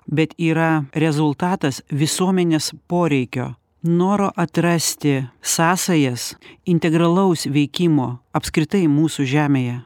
bet yra rezultatas visuomenės poreikio noro atrasti sąsajas integralaus veikimo apskritai mūsų žemėje